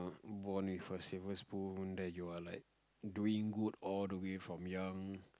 born with a silver spoon that you are like doing good all the way from young